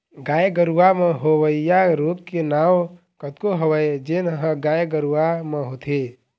गाय गरूवा म होवइया रोग के नांव कतको हवय जेन ह गाय गरुवा म होथे